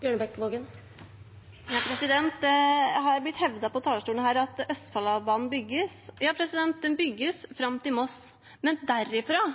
Det er blitt hevdet fra talerstolen her at Østfoldbanen bygges. Ja, den bygges fram til Moss, men derfra